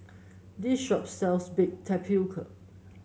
this shop sells Baked Tapioca